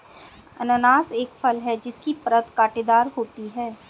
अनन्नास एक फल है जिसकी परत कांटेदार होती है